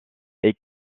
est